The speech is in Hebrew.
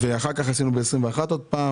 אחר כך עשינו דיון ב-2021.